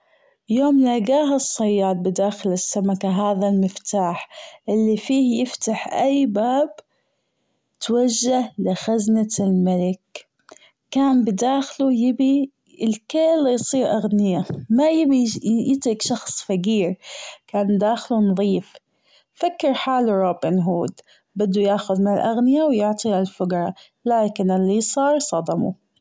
يوم لاقاها الصياد بداخل السمكة هذا المفتاح اللي فيه يفتح أي باب توجه لخزنة الملك كان بداخله يبي الكل يصير أغنيا مايبي يترك شخص فقير كان داخله نظيف فكر حاله روبن هود بده ياخذ من الأغنيا ويعطي للفجرا لكن اللي صار صدمه.